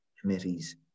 committees